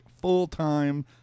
full-time